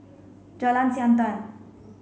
Jalan Siantan